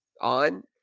On